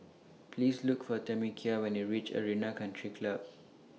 Please Look For Tamekia when YOU REACH Arena Country Club